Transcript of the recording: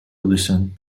listen